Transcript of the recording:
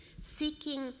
seeking